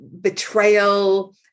betrayal